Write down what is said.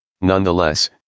Nonetheless